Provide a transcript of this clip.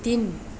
तिन